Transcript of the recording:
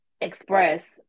express